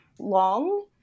long